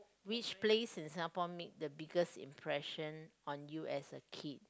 which place in Singapore makes the biggest impression on you as a kid